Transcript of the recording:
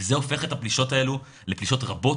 וזה הופך את הפלישות האלו לפלישות רבות